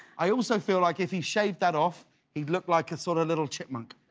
i also feel like if he shaved that off he'd look like a sort of little chipmunk